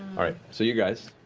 all right. so you guys